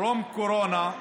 טרום-קורונה,